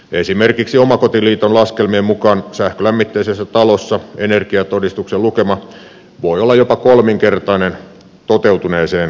esimerkiksi omakotiliiton laskelmien mukaan sähkölämmitteisessä talossa energiatodistuksen lukema voi olla jopa kolminkertainen toteutuneeseen kulutukseen verrattuna